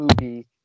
movie